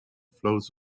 flows